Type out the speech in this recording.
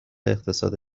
اقتصاد